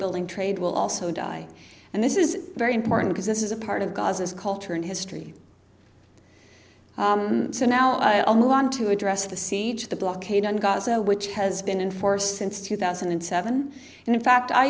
building trade will also die and this is very important because this is a part of gaza's culture and history so now i'll move on to address the siege the blockade on gaza which has been enforced since two thousand and seven and in fact i